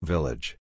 Village